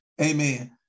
Amen